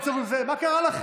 מה קרה לכם?